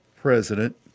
president